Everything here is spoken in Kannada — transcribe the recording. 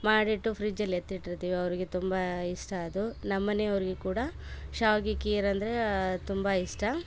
ಮಾಡಿಟ್ಟು ಫ್ರಿಜ್ಜಲ್ಲಿ ಎತ್ತಿಟ್ಟಿರ್ತೀವಿ ಅವರಿಗೆ ತುಂಬಾ ಇಷ್ಟ ಅದು ನಮ್ಮನೆಯವರಿಗೆ ಕೂಡ ಶ್ಯಾವಿಗೆ ಕೀರಂದರೆ ತುಂಬಾ ಇಷ್ಟ